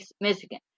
Michigan